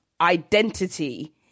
identity